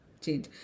change